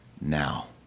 now